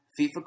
FIFA